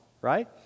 right